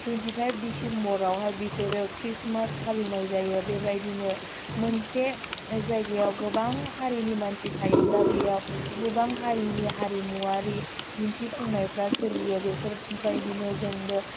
twenty five डिसिम्बरावहाय बिसोरो Christmas फालिनाय जायो बेबायदिनो मोनसे जायगायाव गोबां हारिनि मानसि थायोब्ला बेयाव गोबां हारिनि हारिमुवारि दिन्थिफुंनायफ्रा सोलियो बेफोरबादिनो जोंबो